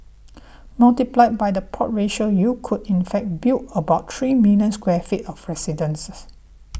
multiplied by the plot ratio you could in fact build about three million square feet of residences